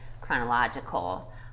chronological